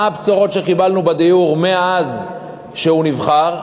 מה הבשורות שקיבלנו בדיור מאז שהוא נבחר?